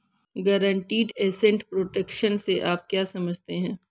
Guaranteed asset protection से आप क्या समझते हैं?